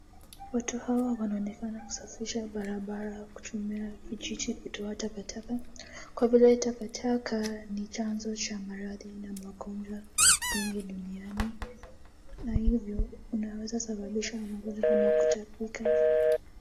Watu hawa wanaoneka kusafisha barabara kutumia kijiti kutoa takataka kwa vile takataka ni chanzo cha maradhi na magonjwa mingi duniani na hivyo unaweza sababishwa na magonjwa kama kutapika.